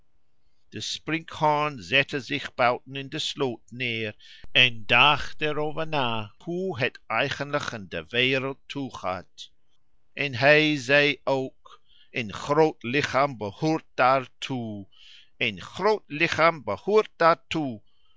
de sprinkhaan zette zich buiten in de sloot neer en dacht er over na hoe het eigenlijk in de wereld toegaat en hij zei ook een groot lichaam behoort daartoe een groot lichaam behoort daartoe